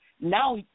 now